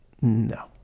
no